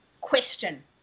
question